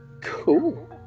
Cool